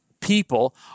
people